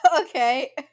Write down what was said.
okay